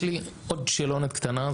יש לי עוד שאלונת קטנה.